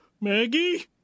Maggie